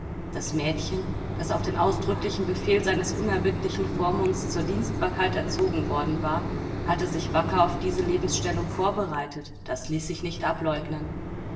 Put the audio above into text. das mädchen das auf den ausdrücklichen befehl seines unerbittlichen vormunds zur dienstbarkeit erzogen worden war hatte sich wacker auf diese lebensstellung vorbereitet das ließ sich nicht ableugnen